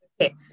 okay